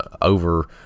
over